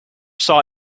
saw